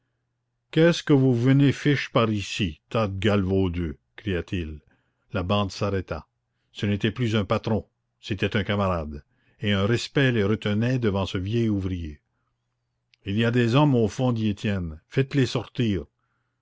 qu'est-ce que vous venez fiche par ici tas de galvaudeux cria-t-il la bande s'arrêta ce n'était plus un patron c'était un camarade et un respect les retenait devant ce vieil ouvrier il y a des hommes au fond dit étienne fais-les sortir